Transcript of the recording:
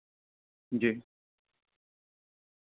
جی